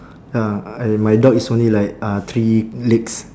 ya uh my dog is only like uh three legs